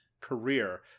career